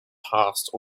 past